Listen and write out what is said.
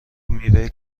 میوه